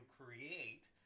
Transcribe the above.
create